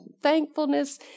thankfulness